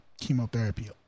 chemotherapy